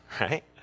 right